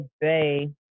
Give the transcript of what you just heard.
Bay